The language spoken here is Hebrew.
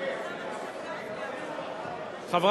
הפנים.